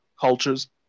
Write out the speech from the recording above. cultures